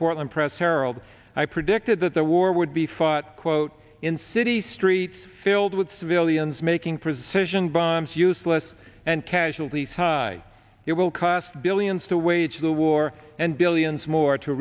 portland press herald i predicted that the war would be fought quote in city streets filled with civilians making procession bombs useless and casualties high it will cost billions to wage the war and billions more to